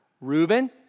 Reuben